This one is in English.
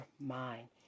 mind